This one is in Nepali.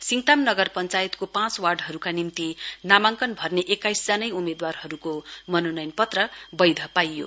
सिङताम नगर पञ्चायतको पाँच वार्डहरूका निम्ति नामाङ्कन अर्ने एक्काइसजनै उम्मेदवारहरूको मनोनयन पत्र बैध पाइएको छ